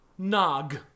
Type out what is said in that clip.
Nog